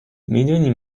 میدونی